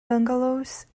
bungalows